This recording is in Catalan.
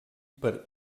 per